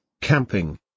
camping